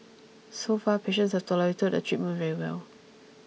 so far patients have tolerated the treatment very well